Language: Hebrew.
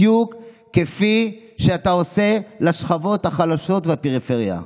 בדיוק כפי שאתה עושה לשכבות החלשות בפריפריה.